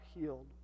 healed